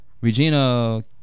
Regina